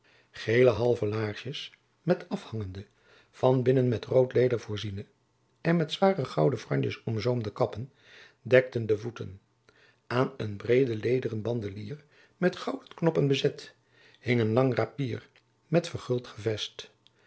geele halve laarsjens met afhangende van binnen met rood leder voorziene en met zware gouden franjes omzoomde kappen dekten de voeten aan een breeden lederen bandelier met gouden knoppen bezet hing een lang rapier met verguld gevest